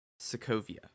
Sokovia